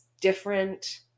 different